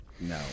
no